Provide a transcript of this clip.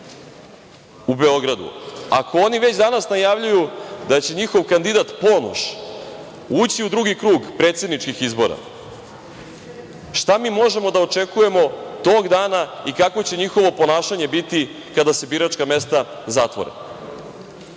u Beogradu, ako oni već danas najavljuju da će njihov kandidat Ponoš ući u drugi krug predsedničkih izbora, šta mi možemo da očekujemo tog dana i kako će njihovo ponašanje biti kada se biračka mesta zatvore? Nekoliko